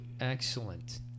Excellent